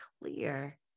clear